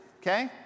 Okay